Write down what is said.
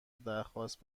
درخواست